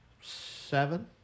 seven